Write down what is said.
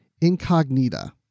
Incognita